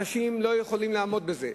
אנשים לא יכולים לעמוד בזה.